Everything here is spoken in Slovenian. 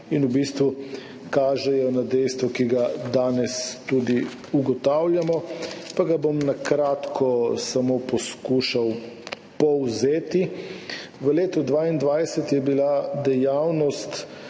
in v bistvu kažejo na dejstvo, ki ga tudi danes ugotavljamo, pa ga bom na kratko samo poskušal povzeti. V letu 2022 je bila dejavnost